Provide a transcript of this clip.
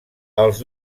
els